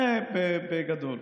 זה בגדול.